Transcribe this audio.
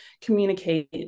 communicate